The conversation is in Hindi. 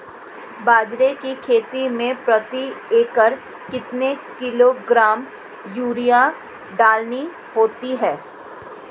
बाजरे की खेती में प्रति एकड़ कितने किलोग्राम यूरिया डालनी होती है?